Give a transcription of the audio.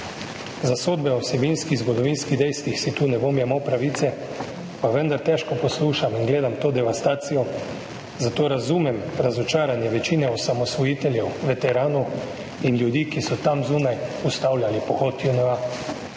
Za sodbe o vsebinskih zgodovinskih dejstvih si tu ne bom jemal pravice, pa vendar težko poslušam in gledam to devastacijo, zato razumem razočaranje večine osamosvojiteljev, veteranov in ljudi, ki so tam zunaj ustavljali pohod JNA.